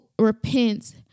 repent